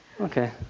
Okay